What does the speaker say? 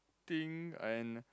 think and